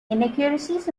inaccuracies